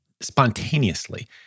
spontaneously